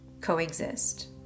coexist